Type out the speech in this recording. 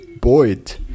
Boyd